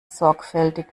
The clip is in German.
sorgfältig